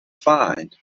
find